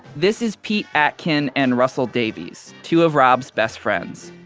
this is pete atkin and russell davies, two of rob's best friends.